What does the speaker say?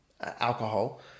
alcohol